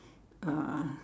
uh